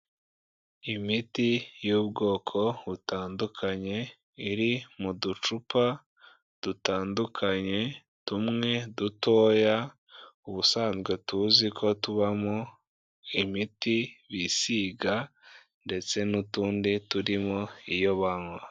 Imiti y'ubwoko butandukanye iri mu ducupa dutandukanye, tumwe dutoya ubusanzwe tuzi ko tubamo imiti bisiga ndetse n'utundi turimo iyo banywa.